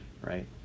right